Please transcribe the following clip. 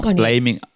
blaming